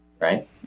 right